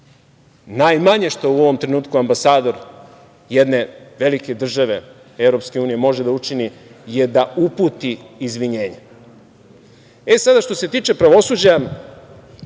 najmanje u ovom trenutku ambasador jedne velike države EU može da učini, je da uputi izvinjenje. Sada što se tiče pravosuđa,